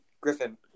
griffin